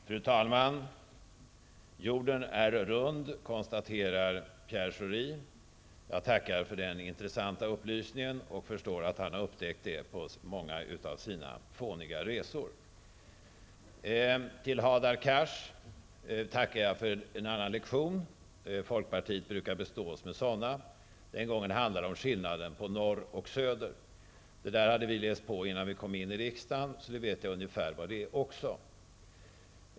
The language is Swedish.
Fru talman! Jorden är rund, konstaterar Pierre Schori. Jag tackar för den intressanta upplysningen och förstår att han har upptäckt det på många av sina fåniga resor. Hadar Cars tackar jag för en annan lektion -- folkpartiet brukar bestå oss med sådana. Den här gången handlade det om skillnaden på norr och söder. Det där hade vi läst på innan vi kom in i riksdagen, så det vet jag också ungefär vad det är.